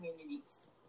communities